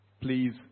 please